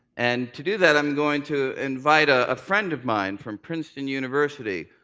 and to do that, i'm going to invite a ah friend of mine from princeton university.